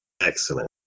Excellent